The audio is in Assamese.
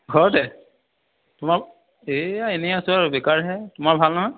ঘৰতে তোমাৰ এইয়া এনেই আছো আৰু বেকাৰহে তোমাৰ ভাল নহয়